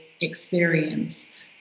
experience